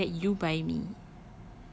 I'm not gonna let you buy me